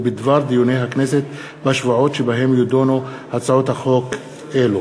ובדבר דיוני הכנסת בשבועות שבהם יידונו הצעות החוק האלה.